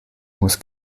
muss